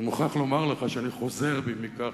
אני מוכרח לומר לך שאני חוזר בי מכך